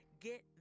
get